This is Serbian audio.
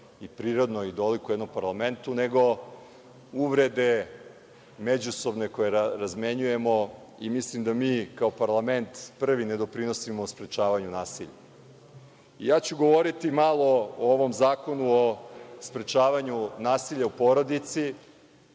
i prirodno i dolikuje jednom parlamentu, nego uvrede međusobne koje razmenjujemo. Mislim da mi kao parlament prvi ne doprinosimo sprečavanju nasilja. Govoriću malo o ovom Zakonu o sprečavanju nasilja u porodici.